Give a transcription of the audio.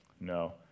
no